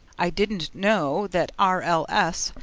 i didn't know that r. l. s.